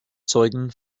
zeugen